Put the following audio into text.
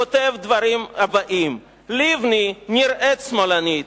כותב את הדברים הבאים: לבני נראית שמאלנית.